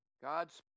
God's